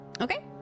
Okay